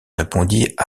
répondit